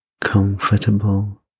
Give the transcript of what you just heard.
comfortable